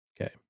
Okay